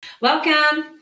Welcome